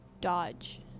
Dodge